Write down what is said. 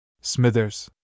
Smithers